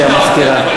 לא, אתה לא תצטער לומר.